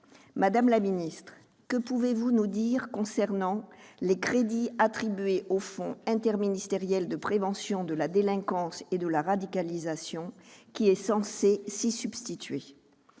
Madame la ministre, que pouvez-vous nous dire au sujet des crédits attribués au fonds interministériel de prévention de la délinquance et de la radicalisation, qui est censé s'y substituer ?